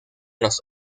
los